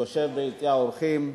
היושב ביציע האורחים.